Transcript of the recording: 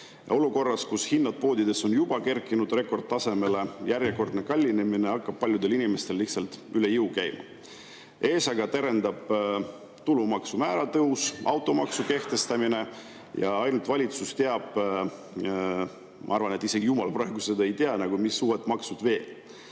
Olukorras, kus hinnad poodides on juba kerkinud rekordtasemele, hakkab järjekordne kallinemine paljudel inimestel lihtsalt üle jõu käima. Ees aga terendab tulumaksumäära tõus ja automaksu kehtestamine ning ainult valitsus teab – ma arvan, et isegi jumal praegu seda ei tea –, mis uued maksud veel